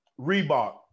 Reebok